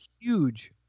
huge